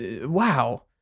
Wow